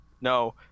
No